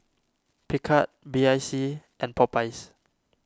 Picard B I C and Popeyes